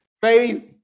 Faith